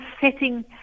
setting